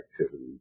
activity